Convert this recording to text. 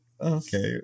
okay